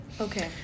Okay